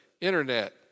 internet